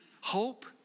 Hope